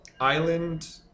island